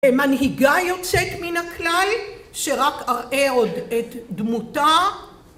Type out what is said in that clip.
‫מנהיגה יוצאת מן הכלל, ‫שרק אראה עוד את דמותה.